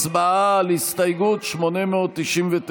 הצבעה על הסתייגות 899,